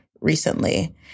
recently